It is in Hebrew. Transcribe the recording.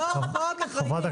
הסופי.